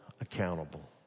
accountable